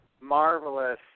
marvelous